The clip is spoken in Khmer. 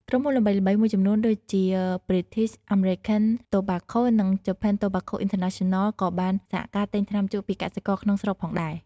ក្រុមហ៊ុនល្បីៗមួយចំនួនដូចជា British American Tobacco និង Japan Tobacco International ក៏បានសហការទិញថ្នាំជក់ពីកសិករក្នុងស្រុកផងដែរ។